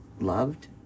loved